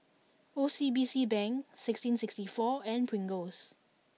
O C B C Bank sixteen sixty four and Pringles